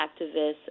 activists